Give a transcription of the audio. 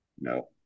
No